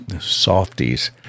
softies